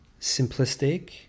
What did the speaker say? simplistic